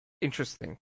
interesting